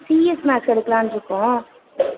CS max எடுக்கலாம்னு இருக்கோம்